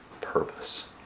purpose